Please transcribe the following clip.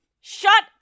Shut